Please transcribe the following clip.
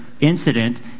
incident